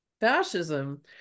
fascism